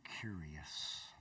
curious